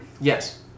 Yes